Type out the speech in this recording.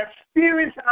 experience